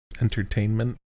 entertainment